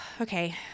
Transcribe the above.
okay